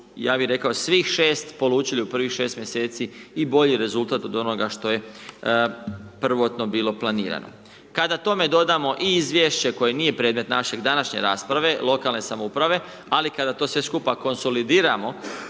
ja bih rekao svih 6 polučili u prvih 6 mjeseci i bolji rezultat od onoga što je prvotno bilo planirano. Kada tome dodamo i izvješće koje nije predmet naše današnje rasprave, lokalne samouprave ali kada to sve skupa konsolidiramo